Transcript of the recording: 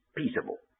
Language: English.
peaceable